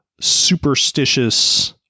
superstitious